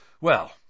Well